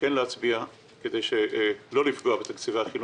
כן להצביע בעד כדי לא לפגוע בתקציבי החינוך.